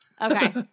Okay